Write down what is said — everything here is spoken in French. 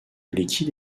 liquide